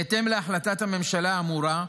בהתאם להחלטת הממשלה האמורה,